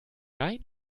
rein